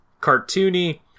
cartoony